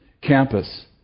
campus